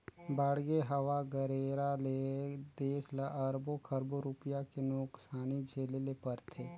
बाड़गे, हवा गरेरा ले देस ल अरबो खरबो रूपिया के नुकसानी झेले ले परथे